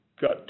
got